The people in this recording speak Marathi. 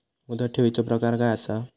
मुदत ठेवीचो प्रकार काय असा?